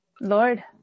Lord